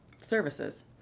services